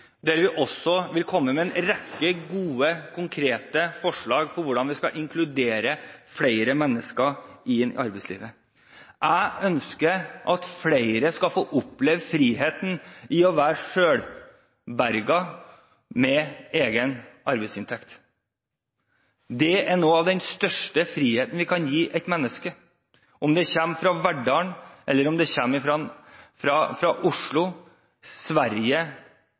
rekke gode, konkrete forslag til hvordan vi skal inkludere flere mennesker i arbeidslivet. Jeg ønsker at flere skal få oppleve friheten ved å være selvberget, ha egen arbeidsinntekt. Det er noe av den største friheten vi kan gi et menneske – enten det kommer fra Verdal, eller det kommer fra Oslo, Sverige